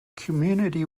community